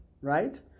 right